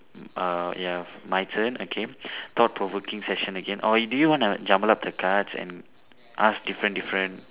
err ya my turn okay thought provoking session again or do you wanna jumble up the cards and ask different different